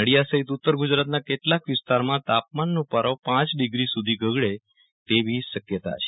નલિયા સફીત ઉત્તર ગુજરાતના કેટલાક વિસ્તારોમાં તાપમાનનો પારો પાંચ ડીગ્રી સુધી ગગડે તેવી શક્યતા છે